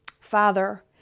Father